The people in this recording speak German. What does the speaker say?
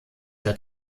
der